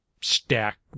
stack